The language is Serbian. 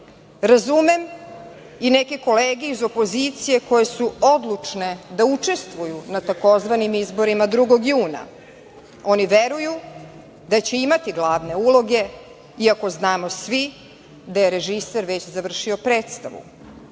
Razumem i neke kolege iz opozicije koje su odlučne da učestvuju na takozvanim izborima 2. juna. Oni veruju da će imati glavne uloge iako znamo svi da je režiser već završio predstavu.